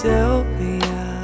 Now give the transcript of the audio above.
Sylvia